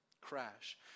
crash